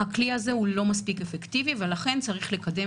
הכלי הזה הוא לא מספיק אפקטיבי ולכן צריך לקדם